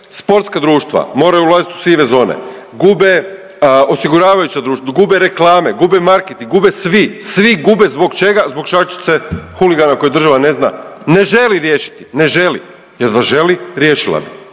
sportska društva moraju ulaziti u sive zone, gube osiguravajuća društva, gube reklame, gube marketing, gube svi, svi gube zbog čega, zbog šačice huligana koje država ne zna, ne želi riješiti, ne želi jer da želi riješila bi.